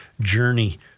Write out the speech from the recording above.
journey